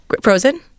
frozen